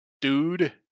dude